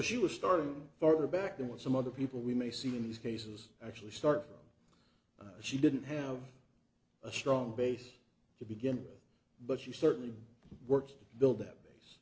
she was starting farther back than what some other people we may see in these cases actually start she didn't have a strong base to begin with but she certainly works to build that base